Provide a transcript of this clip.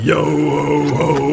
Yo-ho-ho